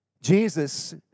Jesus